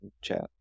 chat